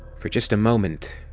for just a moment,